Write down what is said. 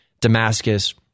Damascus